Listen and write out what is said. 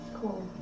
Cool